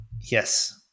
Yes